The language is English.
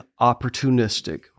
opportunistic